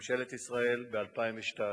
ממשלת ישראל, ב-2002.